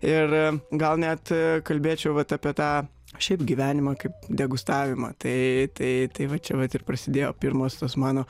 ir gal net kalbėčiau vat apie tą šiaip gyvenimą kaip degustavimą tai tai tai va čia vat ir prasidėjo pirmos tos mano